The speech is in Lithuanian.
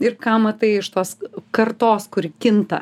ir ką matai iš tos kartos kuri kinta